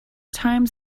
times